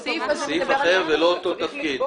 וגם לא אותו תפקיד.